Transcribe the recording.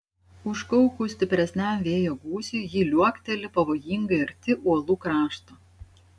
užkaukus stipresniam vėjo gūsiui ji liuokteli pavojingai arti uolų krašto